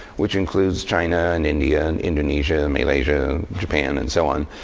which includes china, and india and indonesia, and malaysia, japan, and so on.